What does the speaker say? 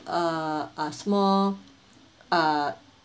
uh a small uh